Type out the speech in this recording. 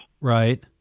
Right